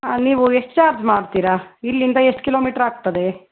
ನೀವು ಎಷ್ಟು ಚಾರ್ಜ್ ಮಾಡ್ತೀರಾ ಇಲ್ಲಿಂದ ಎಷ್ಟು ಕಿಲೋಮೀಟರ್ ಆಗ್ತದೆ